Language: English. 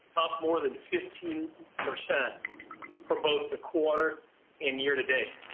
up more than fifteen percent for both the quarter and year-to-date.